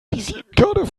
visitenkarte